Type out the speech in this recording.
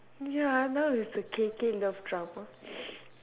ya now is the K K love drama